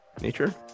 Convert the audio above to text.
Nature